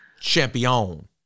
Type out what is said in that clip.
champion